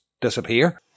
disappear